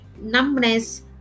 numbness